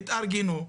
התארגנו,